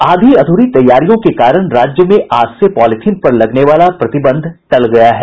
आधी अधूरी तैयारियों के कारण राज्य में आज से पॉलीथिन पर लगने वाला प्रतिबंध टल गया है